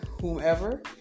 whomever